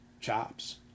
chops